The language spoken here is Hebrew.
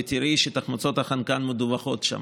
ותראי שתחמוצות החנקן מדווחות שם.